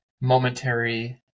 momentary